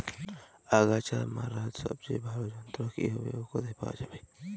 আগাছা মারার সবচেয়ে ভালো যন্ত্র কি হবে ও কোথায় পাওয়া যাবে?